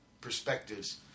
perspectives